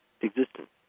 existence